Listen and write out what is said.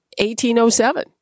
1807